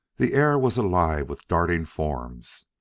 the air was alive with darting forms.